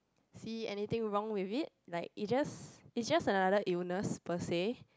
see anything wrong with it like it just it's just another illness per se